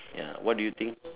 ya what do you think